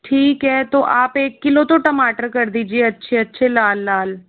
ठीक है तो आप एक किलो तो टमाटर कर दीजिए अच्छे अच्छे लाल लाल